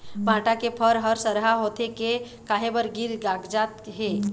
भांटा के फर हर सरहा होथे के काहे बर गिर कागजात हे?